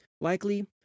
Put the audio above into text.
Likely